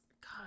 God